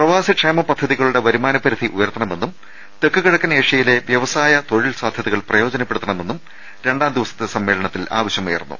പ്രവാസി ക്ഷേമ പദ്ധതികളുടെ വരുമാന പരിധി ഉയർത്തണ മെന്നും തെക്കു കിഴക്കൻ ഏഷ്യയിലെ വ്യവസായ തൊഴിൽ സാധൃതകൾ പ്രയോജനപ്പെടുത്തണമെന്നും രണ്ടാം ദിവസത്തെ സമ്മേളനത്തിൽ ആവശ്യമുയർന്നു